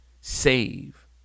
Save